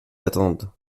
attendent